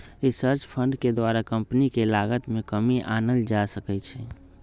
research fund के द्वारा company के लागत में कमी आनल जा सकइ छै